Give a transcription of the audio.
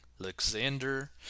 Alexander